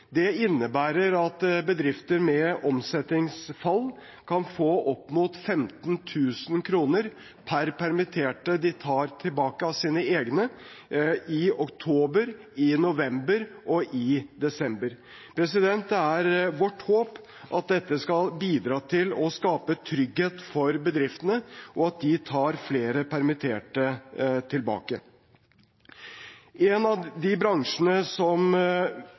Det innebærer at bedrifter med omsettingsfall kan få opp mot 15 000 kr per permitterte de tar tilbake av sine egne, i oktober, i november og i desember. Det er vårt håp at dette skal bidra til å skape trygghet for bedriftene, og at de tar flere permitterte tilbake. En av de bransjene som